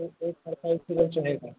एक एक साल का इन्श्योरेन्स रहेगा